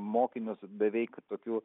mokinius beveik tokiu